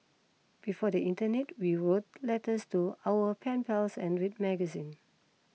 before the internet we wrote letters to our pen pals and read magazine